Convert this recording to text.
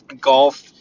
golf